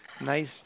Nice